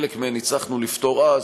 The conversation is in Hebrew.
חלק מהן הצלחנו לפתור אז,